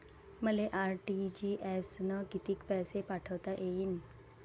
मले आर.टी.जी.एस न कितीक पैसे पाठवता येईन?